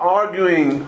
arguing